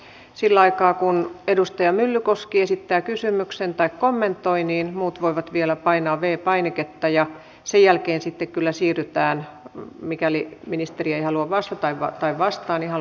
sillä aikaa kun edustaja myllykoski esittää kysymyksen tai kommentoi muut voivat vielä painaa v painiketta ja sen jälkeen siirrytään mikäli ministeriö ei halua vaisu päivä tai vastaan ihan